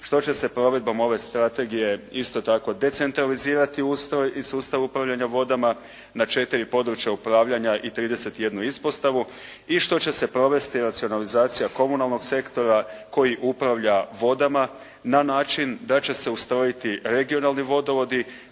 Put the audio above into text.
što će se provedbom ove strategije isto tako decentralizirati ustroj i sustav upravljanja vodama na četiri područja upravljanja i 31 ispostavu i što će se provesti racionalizacija komunalnog sektora koji upravlja vodama na način da će se ustrojiti regionalni vodovodi